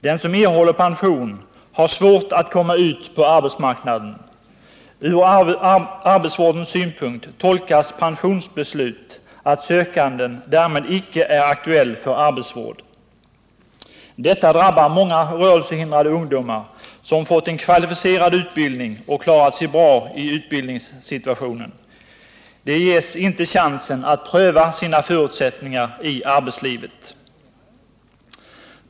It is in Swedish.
Den som erhåller pension har svårt att komma ut på arbetsmarknaden. Från arbetsvårdens synpunkt tolkas pensionsbeslutet så, att sökanden därmed icke är aktuell för arbetsvård. Detta drabbar många rörelsehindrade ungdomar som fått en kvalificerad utbildning och klarat sig bra i utbildningssituationen. De ges inte chansen att pröva sina förutsättningar i arbetslivet.